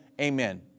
Amen